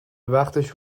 وقتش